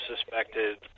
suspected